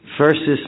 versus